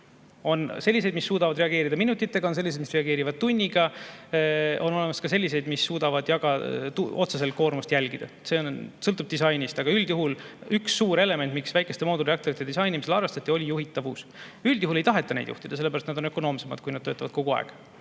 On selliseid, mis suudavad reageerida minutitega, on selliseid, mis reageerivad tunniga, on olemas ka selliseid, mis suudavad otseselt koormust jälgida. See sõltub disainist. Aga üldjuhul üks suur element, mida väikeste moodulreaktorite disainimisel arvestati, oli juhitavus. Üldjuhul ei taheta neid juhtida, sellepärast et nad on ökonoomsemad, kui nad töötavad kogu aeg.